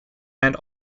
and